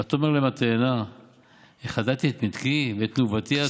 ותאמר להם התאנה החדלתי את מתקי ואת תנובתי הטובה,